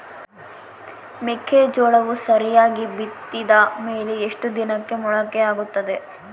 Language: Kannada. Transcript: ಮೆಕ್ಕೆಜೋಳವು ಸರಿಯಾಗಿ ಬಿತ್ತಿದ ಮೇಲೆ ಎಷ್ಟು ದಿನಕ್ಕೆ ಮೊಳಕೆಯಾಗುತ್ತೆ?